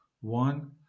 one